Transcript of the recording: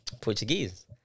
Portuguese